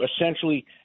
essentially